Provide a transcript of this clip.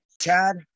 Chad